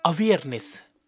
awareness